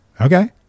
okay